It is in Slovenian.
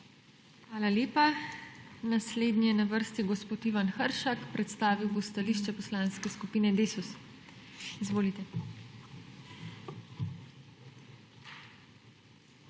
Hvala lepa. Naslednji je na vrsti gospod Ivan Hršak, ki bo predstavil stališče Poslanske skupine Desus. IVAN